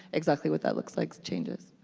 exactly what that looks like changes.